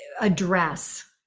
address